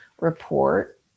report